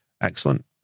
Excellent